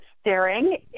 staring